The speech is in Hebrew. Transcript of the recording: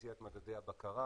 הציע את מדדי הבקרה,